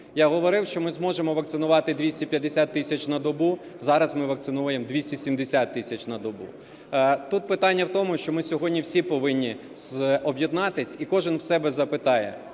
Я говорив, що ми зможемо вакцинувати 250 тисяч на добу, зараз ми вакцинуємо 270 тисяч на добу. Тут питання в тому, що ми сьогодні всі повинні об'єднатись, і кожен в себе запитає: